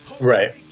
Right